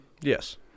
Yes